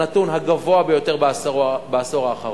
הנתון הגבוה ביותר בעשור האחרון.